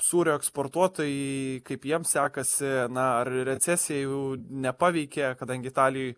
sūrio eksportuotojai kaip jiems sekasi na ar recesija jų nepaveikė kadangi italijoj